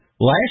Last